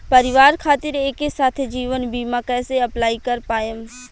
परिवार खातिर एके साथे जीवन बीमा कैसे अप्लाई कर पाएम?